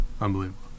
unbelievable